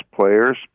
players